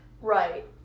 right